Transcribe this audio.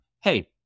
hey